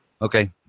Okay